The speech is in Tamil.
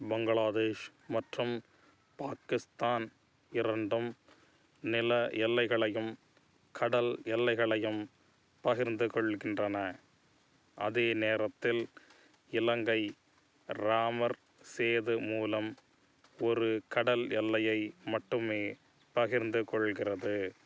பங்களாதேஷ் மற்றும் பாக்கிஸ்தான் இரண்டும் நில எல்லைகளையும் கடல் எல்லைகளையும் பகிர்ந்து கொள்கின்றன அதே நேரத்தில் இலங்கை ராமர் சேது மூலம் ஒரு கடல் எல்லையை மட்டுமே பகிர்ந்து கொள்கிறது